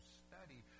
study